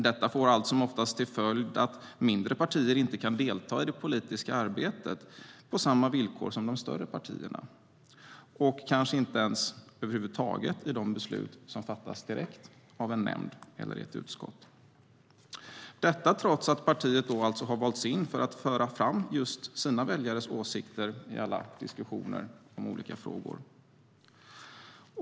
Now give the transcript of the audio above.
Detta får allt som oftast till följd att mindre partier inte kan delta i det politiska arbetet på samma villkor som de större partierna och kanske inte ens över huvud taget i de beslut som fattas direkt av en nämnd eller ett utskott. Detta sker trots att partiet alltså har valts in för att föra fram just sina väljares åsikter i alla diskussioner kring olika frågor.